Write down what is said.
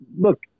Look